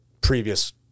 previous